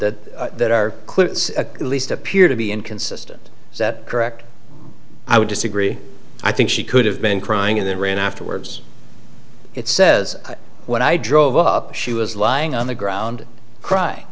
clear at least appear to be inconsistent is that correct i would disagree i think she could have been crying and then ran afterwards it says when i drove up she was lying on the ground cry